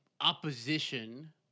opposition